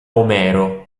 omero